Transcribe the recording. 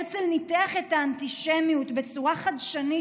הרצל ניתח את האנטישמיות בצורה חדשנית,